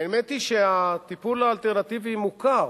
האמת היא שהטיפול האלטרנטיבי מוכר.